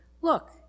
Look